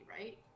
right